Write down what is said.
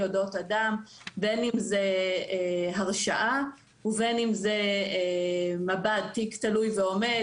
אודות אדם - בין אם זו הרשעה ובין אם זה תיק תלוי ועומד,